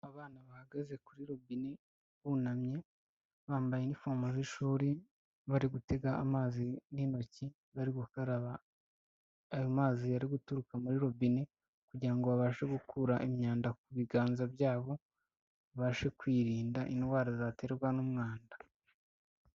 Abana bahagaze kuri robine bunamye bambaye n'ifomo z'ishuri, bari gutega amazi n'intoki, bari gukaraba ayo mazi, ari guturuka muri robine kugira ngo babashe gukura imyanda ku biganza byabo, babashe kwirinda indwara zaterwa n'umwanda.